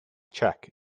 check